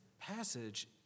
passage